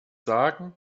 sagen